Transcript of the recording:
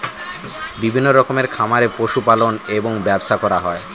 বিভিন্ন রকমের খামারে পশু পালন এবং ব্যবসা করা হয়